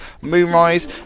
Moonrise